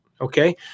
Okay